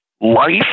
life